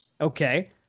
Okay